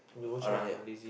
around here